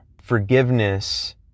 Forgiveness